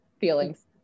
feelings